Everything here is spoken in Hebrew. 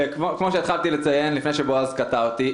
כפי שהתחלתי לציין לפני שבועז קטע אותי,